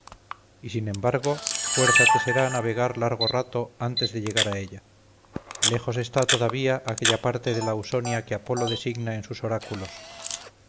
y sin embargo fuerza te será navegar largo rato antes de llegar a ella lejos está todavía aquella parte de la ausonia que apolo designa en sus oráculos